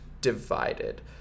Divided